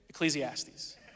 Ecclesiastes